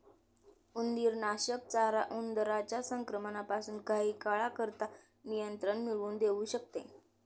उंदीरनाशक चारा उंदरांच्या संक्रमणापासून काही काळाकरता नियंत्रण मिळवून देऊ शकते